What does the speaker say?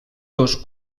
dos